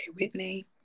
Whitney